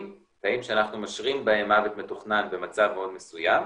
שאנחנו משרים בהם מוות מתוכנן במצב מאוד מסוים,